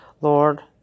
Lord